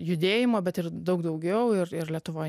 judėjimo bet ir daug daugiau ir ir lietuvoj